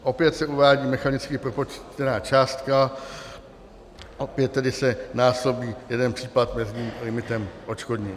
Opět se uvádí mechanicky propočtená částka, opět tedy se násobí jeden případ mezním limitem odškodnění.